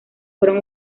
fueron